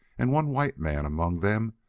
and one white man among them,